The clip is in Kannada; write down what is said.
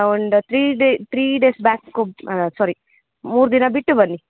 ಒಂದು three day three days back ಹೋಗ್ ಅಲ್ಲ ಸ್ವಾರಿ ಮೂರು ದಿನ ಬಿಟ್ಟು ಬನ್ನಿ